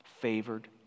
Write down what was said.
favored